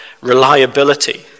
reliability